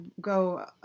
go